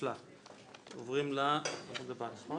אין ההסתייגות (94)